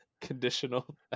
Conditional